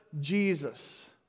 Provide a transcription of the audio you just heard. Jesus